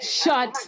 shut